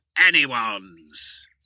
anyone's